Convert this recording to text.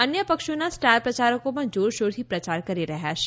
અન્ય પક્ષોના સ્ટાર પ્રચારકો પણ જોરશોરથી પ્રચાર કરી રહ્યા છે